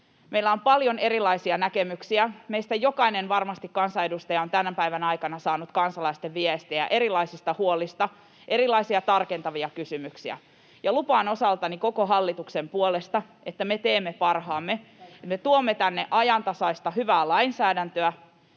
meillä on paljon erilaisia näkemyksiä, meistä varmasti jokainen kansanedustaja on tämän päivän aikana saanut kansalaisten viestejä erilaisista huolista, erilaisia tarkentavia kysymyksiä, ja lupaan osaltani koko hallituksen puolesta, että me teemme parhaamme ja tuomme tänne ajantasaista, hyvää lainsäädäntöä,